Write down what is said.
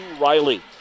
Riley